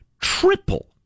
triple